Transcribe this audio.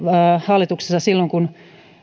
hallituksessa silloin kun